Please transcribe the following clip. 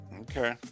Okay